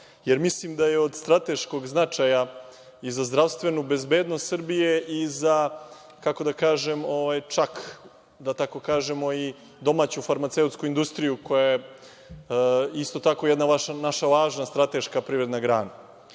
jer mislim da je od strateškog značaja i za zdravstvenu bezbednost Srbije i za, kako da kažem, čak da tako kažemo, i domaću farmaceutsku industriju koja je isto tako jedna naša važna strateška privredna grana. Naime,